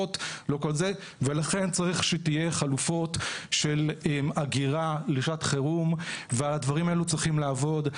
לכן צריך שיהיו חלופות של אגירה לשעת חירום והדברים האלו צריכים לעבוד.